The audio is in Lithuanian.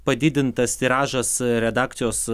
padidintas tiražas redakcijos